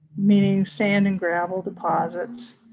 meaning sand and gravel deposits,